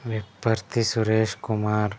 Vipparthi Suresh Kumar